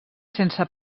sense